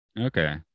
okay